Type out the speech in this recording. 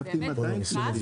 זה באמת בדיחה,